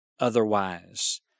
otherwise